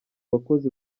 bakozi